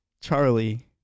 charlie